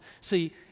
see